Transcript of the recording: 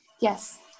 Yes